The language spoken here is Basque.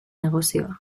negozioa